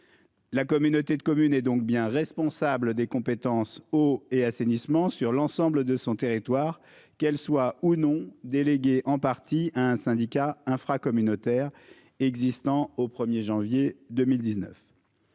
La communauté de communes et donc bien responsable des compétences eau et assainissement sur l'ensemble de son territoire, qu'elle soit ou non délégué en partie à un syndicat infra-communautaire. Existant au 1er janvier 2019.